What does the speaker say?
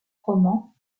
romans